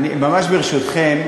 ממש ברשותכם,